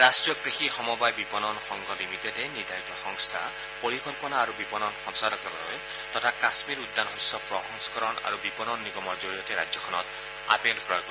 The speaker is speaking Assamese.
ৰাট্টীয় কৃষি সমবায় বিপণন সংঘ লিমিটেডে নিৰ্ধাৰিত সংস্থা পৰিকল্পনা আৰু বিপণন সঞ্চালকালয় তথা কাম্মীৰ উদ্যান শস্য প্ৰসংস্কৰণ আৰু বিপণন নিগমৰ জৰিয়তে ৰাজ্যখনত আপেল ক্ৰয় কৰিব